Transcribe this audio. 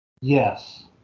Yes